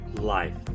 life